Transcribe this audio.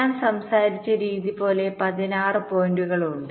ഞാൻ സംസാരിച്ച രീതി പോലെ 16 പോയിന്റുകൾ ഉണ്ട്